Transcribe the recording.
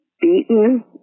beaten